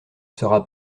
sera